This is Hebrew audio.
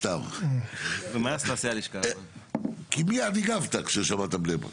סתם, כי מייד הגבת כששמעת בני ברק.